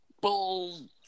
boom